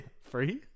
Free